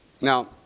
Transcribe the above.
Now